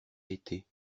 été